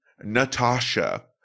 Natasha